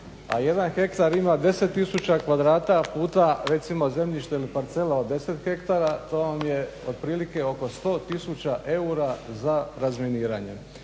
a 1 hektar ima 10 tisuća kvadrata puta recimo zemljište ili parcela od 10 hektara, to vam je otprilike oko 100 000 eura za razminiranje.